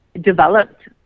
developed